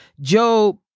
Job